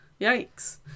yikes